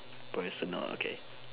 personal okay